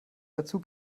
dazu